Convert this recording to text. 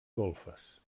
golfes